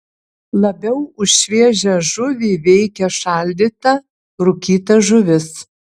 labiau už šviežią žuvį veikia šaldyta rūkyta žuvis